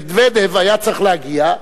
מדוודב היה צריך להגיע,